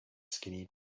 skinny